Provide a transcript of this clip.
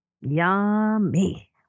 Yummy